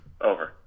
over